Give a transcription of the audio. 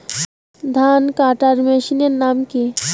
ধান কাটার মেশিনের নাম কি?